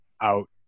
out